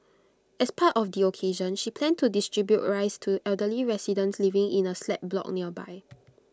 as part of the occasion she planned to distribute rice to elderly residents living in A slab block nearby